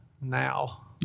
now